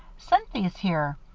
sent these here.